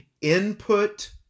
input